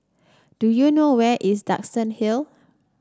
do you know where is Duxton Hill